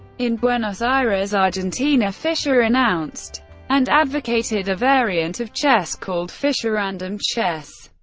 in buenos aires, argentina, fischer announced and advocated a variant of chess called fischerandom chess.